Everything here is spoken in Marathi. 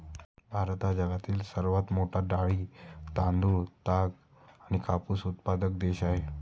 भारत हा जगातील सर्वात मोठा डाळी, तांदूळ, दूध, ताग आणि कापूस उत्पादक देश आहे